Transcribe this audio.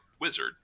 Wizard